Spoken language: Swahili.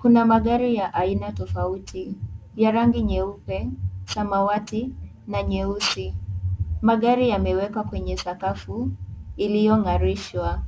Kuna magari ya aina tofauti ya rangi nyeupe, samawati, na nyeusi. Magari yamewekwa kwenye sakafu iliyong'arishwa.